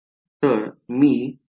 तर मी मिळणार आहे